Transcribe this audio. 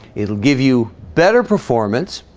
it'll give you better performance.